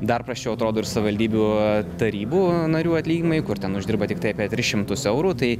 dar prasčiau atrodo ir savivaldybių tarybų narių atlyginimai kur ten uždirba tiktai apie tris šimtus eurų tai